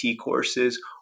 courses